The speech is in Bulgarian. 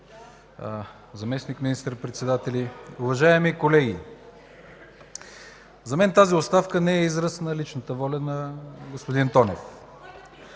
заместник министър-председатели, уважаеми колеги! За мен тази оставка не е израз на личната воля на господин Тонев.